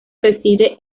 reside